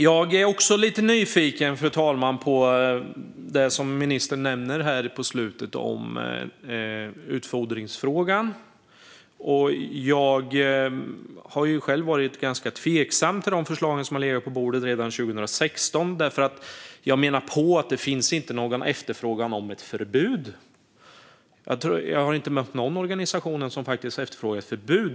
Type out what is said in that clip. Jag är också lite nyfiken på det som ministern nämnde på slutet om utfodringsfrågan. Jag var ganska tveksam till de förslag som låg på bordet redan 2016. Jag menar att det inte finns någon som efterfrågar ett förbud. Jag har inte mött någon organisation som efterfrågar det.